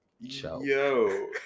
Yo